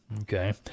Okay